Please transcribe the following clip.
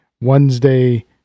Wednesday